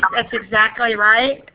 um that's exactly right,